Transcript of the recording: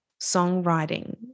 songwriting